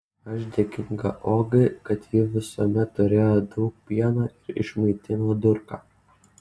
aš dėkinga ogai kad ji visuomet turėjo daug pieno ir išmaitino durką